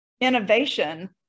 innovation